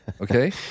Okay